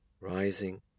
rising